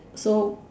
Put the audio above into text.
so